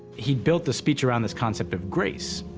he'd built the speech around this concept of grace.